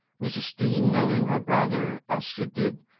mrs. dean, knowing her brother as she did,